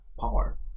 power